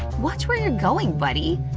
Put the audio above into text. watch where you're going, buddy!